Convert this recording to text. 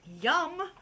Yum